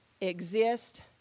exist